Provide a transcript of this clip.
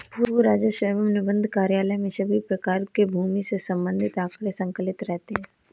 भू राजस्व एवं निबंधन कार्यालय में सभी प्रकार के भूमि से संबंधित आंकड़े संकलित रहते हैं